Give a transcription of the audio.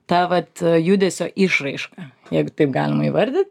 tai vat judesio išraiška jeigu taip galima įvardit